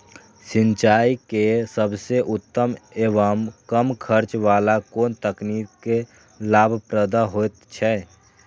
सिंचाई के सबसे उत्तम एवं कम खर्च वाला कोन तकनीक लाभप्रद होयत छै?